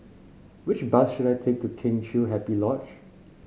which bus should I take to Kheng Chiu Happy Lodge